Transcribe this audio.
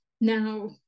Now